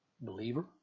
Believer